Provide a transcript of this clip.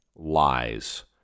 Lies